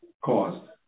caused